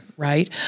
Right